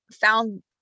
found